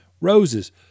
roses